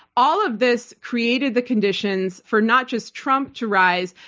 all of this created the conditions for not just trump to rise,